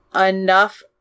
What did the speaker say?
enough